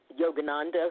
Yogananda